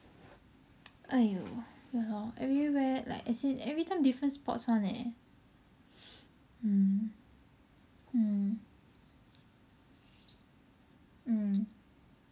!aiyo! then how everywhere as in everytime different spots one leh mm mm mm